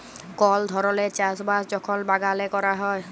call ধরলের চাষ বাস যখল বাগালে ক্যরা হ্যয়